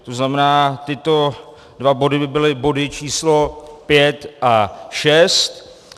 To znamená, že tyto dva body by byly body číslo 5 a 6.